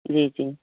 जी जी